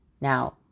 now